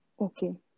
Okay